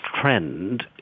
trend